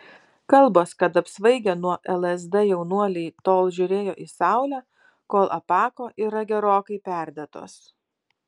kalbos kad apsvaigę nuo lsd jaunuoliai tol žiūrėjo į saulę kol apako yra gerokai perdėtos